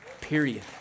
Period